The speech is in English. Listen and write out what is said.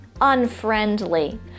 Unfriendly